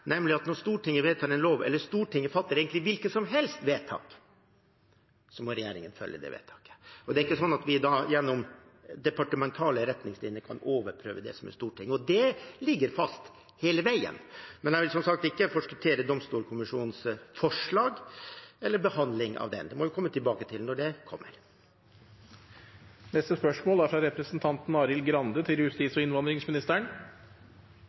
nemlig at når Stortinget vedtar en lov, eller Stortinget fatter egentlig hvilket som helst vedtak, må regjeringen følge det vedtaket. Det er ikke sånn at vi gjennom departementale retningslinjer da kan overprøve Stortinget. Det ligger fast hele veien. Men jeg vil som sagt ikke forskuttere Domstolkommisjonens forslag eller behandling av det. Det må vi komme tilbake til når det kommer. Vi går da til spørsmål